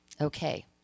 okay